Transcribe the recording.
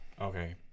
okay